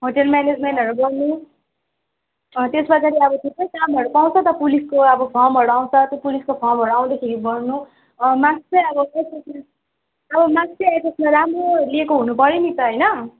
hotel म्यानेजमेन्टहरू गर्नु अँ त्यसमा फेरि अब थुप्रै कामहरू पाउँछ त पुलिसको अब फर्महरू आउँछ त्यो पुलिसको फर्महरू आउँदाखेरि भर्नू मार्क्स चाहिँ अब एचएसमा अब मार्क्स चाहिँ एचएसमा राम्रो ल्याएको हुनुपऱ्यो नि त होइन